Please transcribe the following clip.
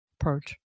approach